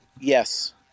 Yes